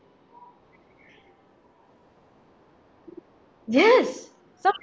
yes some